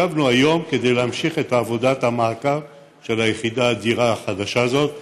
ישבנו היום כדי להמשיך את עבודת המעקב של היחידה האדירה החדשה הזאת.